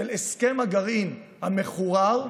של הסכם הגרעין המחורר,